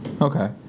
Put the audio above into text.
Okay